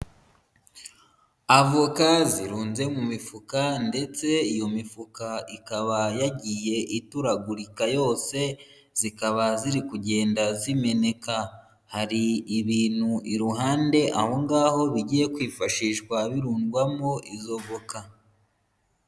Avoka zirunze mu mifuka ndetse iyo mifuka ikaba yagiye ituragurika yose, zikaba ziri kugenda zimeneka, hari ibintu iruhande aho ngaho bigiye kwifashishwa birundwamo izo voka.